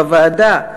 בוועדה,